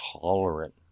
tolerant